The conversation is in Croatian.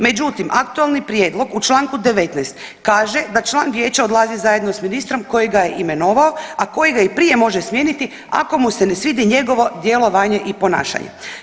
Međutim, aktualni prijedlog u čl. 19. kaže da član vijeća odlazi zajedno s ministrom koji ga je imenovao, a koji ga i prije može smijeniti ako mu se ne svidi njegovo djelovanje i ponašanje.